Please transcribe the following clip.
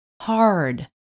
hard